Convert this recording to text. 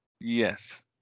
Yes